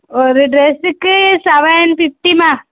ஒரு டிரஸ்ஸுக்கு சவன் ஃபிஃப்டிமா